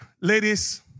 ladies